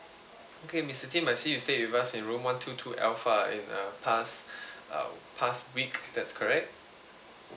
okay mister tim I see you stayed with us in room one two two alpha in uh past uh past week is that correct